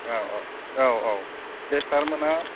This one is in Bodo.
औ औ औ औ दे सारमोना